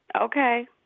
Okay